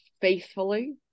faithfully